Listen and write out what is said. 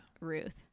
Ruth